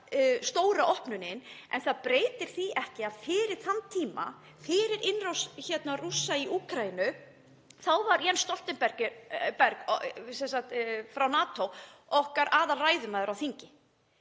stóra opnunin, en það breytir því ekki að fyrir þann tíma, fyrir innrás Rússa í Úkraínu, þá var Jens Stoltenberg frá NATO okkar aðalræðumaður á þingi.